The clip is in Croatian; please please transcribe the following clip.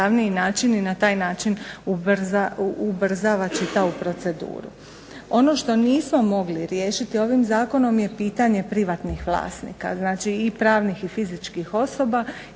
na taj način ubrzava čitavu proceduru. Ono što nismo mogli riješiti ovim zakonom je pitanje privatnih vlasnika. Znači i pravnih i fizičkih osoba